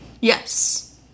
Yes